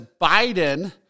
Biden